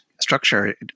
structure